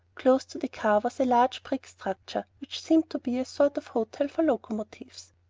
close to the car was a large brick structure which seemed to be a sort of hotel for locomotives.